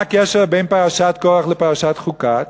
מה הקשר בין פרשת קורח לפרשת חוקת?